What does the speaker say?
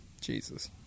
Jesus